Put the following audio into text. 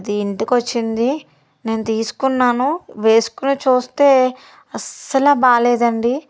అది ఇంటికొచ్చింది నేను తీసుకున్నాను వేసుకుని చూస్తే అస్సలు బాలేదండి